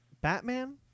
Batman